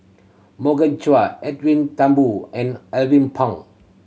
Morgan Chua Edwin Thumboo and Alvin Pang